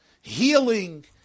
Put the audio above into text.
healing